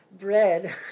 Bread